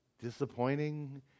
disappointing